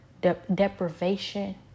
deprivation